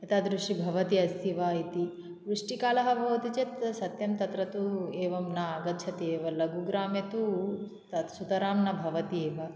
एतादृशी भवति अस्ति वा इति वृष्टिकालः भवति चेत् सत्यं तत्र तु एवं नागच्छति एव लघुग्रामे तु तत् सुतरां न भवति एव